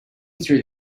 through